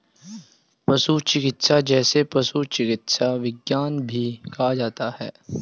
पशु चिकित्सा, जिसे पशु चिकित्सा विज्ञान भी कहा जाता है